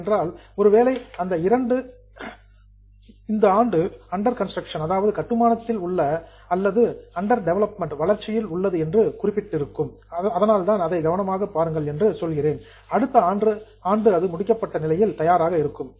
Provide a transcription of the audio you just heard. ஏனென்றால் ஒருவேளை இந்த ஆண்டு அண்டர் கன்ஸ்டிரக்ஷன் கட்டுமானத்தில் உள்ளது அல்லது அண்டர் டெவலப்மெண்ட் வளர்ச்சியில் உள்ளது என்று குறிப்பிட்டிருக்கும் அடுத்த ஆண்டு அது முடிக்கப்பட்ட நிலையில் தயாராக இருக்கும்